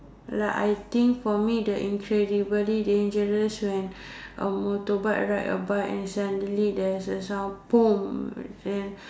like I think for me the incredibly dangerous when a motorbike ride a bike and suddenly there's a sound and